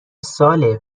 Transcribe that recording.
ساله